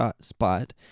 spot